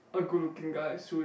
a good looking guy soon